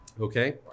Okay